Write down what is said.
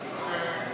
זה,